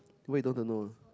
why you don't want to know